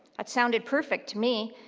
that sounded perfect to me.